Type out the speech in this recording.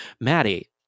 maddie